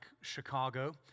Chicago